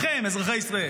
בכם, אזרחי ישראל.